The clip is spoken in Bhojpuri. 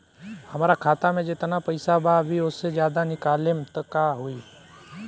हमरा खाता मे जेतना पईसा बा अभीओसे ज्यादा निकालेम त का होई?